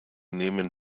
nehmen